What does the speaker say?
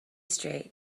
straight